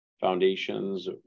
foundations